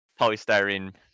polystyrene